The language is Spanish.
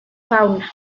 fauna